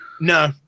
No